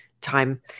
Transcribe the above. time